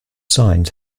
signed